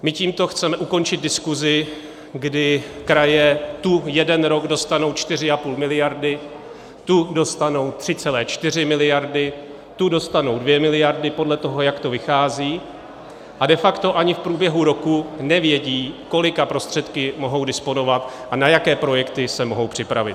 My tímto chceme ukončit diskusi, kdy kraje tu jeden rok dostanou 4,5 miliardy, tu dostanou 3,4 miliardy, tu dostanou 2 miliardy podle toho, jak to vychází, a de facto ani v průběhu roku nevědí, kolika prostředky mohou disponovat a na jaké projekty se mohou připravit.